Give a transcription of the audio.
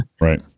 Right